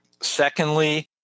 Secondly